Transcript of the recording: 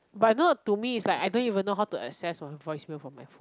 but not to me is like I don't even know how to access on voicemail from my phone